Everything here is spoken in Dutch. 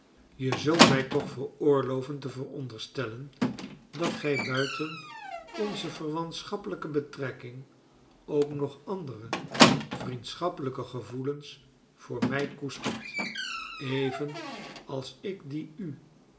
je zult mij toch veroorloven te veronderstellen dat gij buiten onze verwantschappelijke betrekking ook nog andere vriendschappelijke gevoelens voor mij koestert even als ik die u